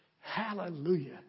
Hallelujah